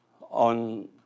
on